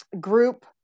group